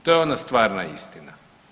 To je ona stvarna istina.